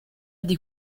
des